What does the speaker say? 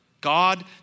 God